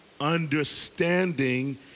Understanding